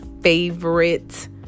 favorite